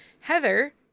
Heather